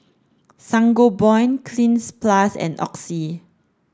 Sangobion Cleanz plus and Oxy